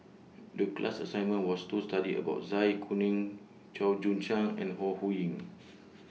The class assignment was to study about Zai Kuning Chua Joon Siang and Ho Ho Ying